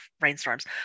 rainstorms